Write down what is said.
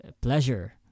pleasure